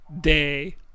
day